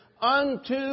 unto